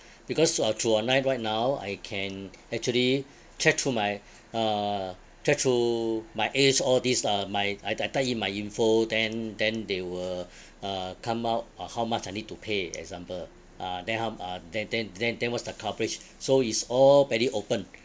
because through uh through online right now I can actually check through my uh check through my age all these uh my I ty~ type in my info then then they will uh come out uh how much I need to pay example uh then how m~ uh there then then then what's the coverage so it's all very open